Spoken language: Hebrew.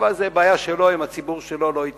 אבל זו בעיה שלו עם הציבור שלו ולא אתי.